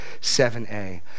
7a